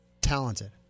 talented